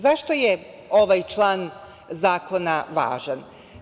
Zašto je ovaj član zakona važan?